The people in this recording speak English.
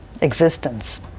existence